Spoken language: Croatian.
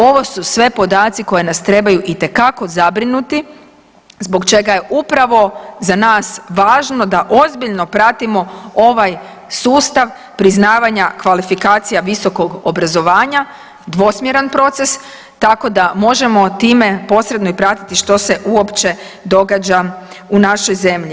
Ovo su sve podaci koji nas trebaju itekako zabrinuti zbog čega je upravo za nas važno da ozbiljno pratimo ovaj sustav priznavanja kvalifikacija visokog obrazovanja, dvosmjeran proces tako da možemo time posredno i pratiti što se uopće događa u našoj zemlji.